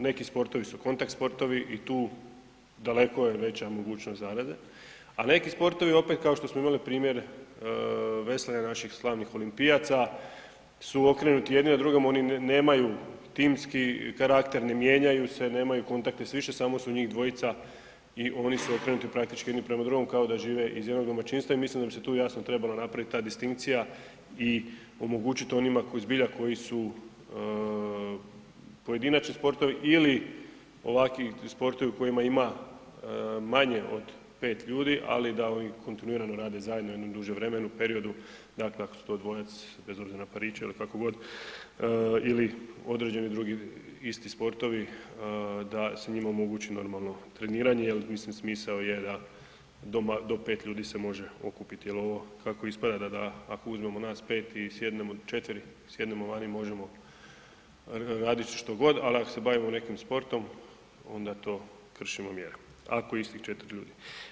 Neki sportovi su kontakt sportovi i tu daleko je veća mogućnost zaraze, a neki sportovi opet kao što smo imali primjer veslanje naših slavnih olimpijaca su okrenuti jedni drugim, oni nemaju timsku karakter, ne mijenjaju se, nemaju kontakte s više, samo su njih dvojica i oni su okrenuti praktički jedni prema drugom kao da žive iz jednog domaćinstva i mislim da bi se tu jasno trebalo napravit ta distinkcija i omogućit onima koji, zbilja koji su pojedinačni sportovi ili ovakvi sportovi u kojima ima manje od 5 ljudi, ali da i kontinuirano rade zajedno u jednom dužem vremenu, periodu, dakle ako su to dvojac bez obzira na pariće ili kako god ili određeni drugi isti sportovi da se njima omogući normalno treniranje jel mislim smisao je da do 5 ljudi se može okupiti jel ovo kako ispada da ako uzmemo nas 5 i sjednemo 4, sjednemo vani, možemo raditi što god, al ak se bavimo nekim sportom onda to kršimo mjere, ako je istih 4 ljudi.